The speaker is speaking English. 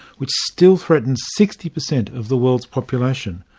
which still threatened sixty per cent of the world's population.